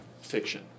fiction